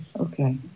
Okay